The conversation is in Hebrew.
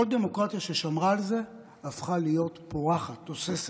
כל דמוקרטיה ששמרה על זה הפכה להיות פורחת, תוססת,